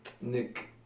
Nick